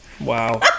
Wow